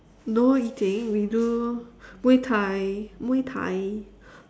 no eating we do muay-thai muay-thai